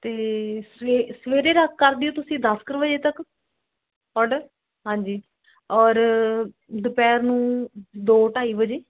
ਅਤੇ ਸਵੇ ਸਵੇਰੇ ਰਾ ਕਰ ਦਿਓ ਤੁਸੀਂ ਦਸ ਕਰ ਵਜੇ ਤੱਕ ਓਡਰ ਹਾਂਜੀ ਔਰ ਦੁਪਹਿਰ ਨੂੰ ਦੋ ਢਾਈ ਵਜੇ